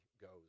goes